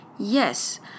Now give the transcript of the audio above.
Yes